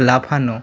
লাফানো